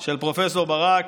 של פרופ' ברק.